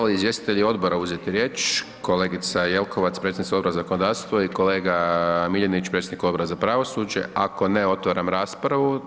Žele li izvjestitelji odbora uzeti riječ, kolegica Jelkovac, predsjednica Odbora za zakonodavstvo i kolega Miljenić, predsjednika Odbora za pravosuđe, ako ne otvaram raspravu.